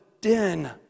den